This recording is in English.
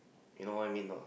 you know what I mean or not